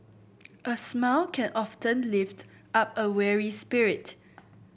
a smile can often lift up a weary spirit